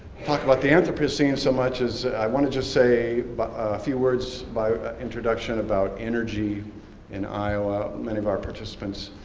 talk about the anthropocene so much as i wanna just say a few words via intoduction, about energy in iowa. many of our participants